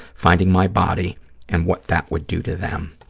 finding my body and what that would do to them.